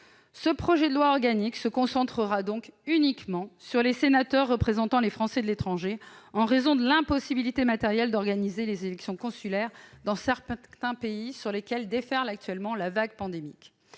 projet de loi organique portera donc uniquement sur le cas des sénateurs représentant les Français de l'étranger, en raison de l'impossibilité matérielle d'organiser les élections consulaires dans certains pays sur lesquels déferle actuellement la vague pandémique.